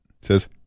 says